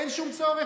אין שום צורך,